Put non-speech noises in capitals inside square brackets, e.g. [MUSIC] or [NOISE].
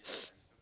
[NOISE]